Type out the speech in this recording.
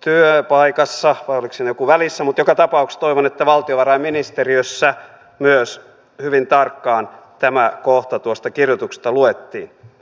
työpaikassa vai oliko siinä joku välissä mutta joka tapauksessa toivon että valtiovarainministeriössä myös hyvin tarkkaan tämä kohta tuosta kirjoituksesta luettiin